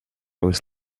was